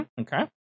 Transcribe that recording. Okay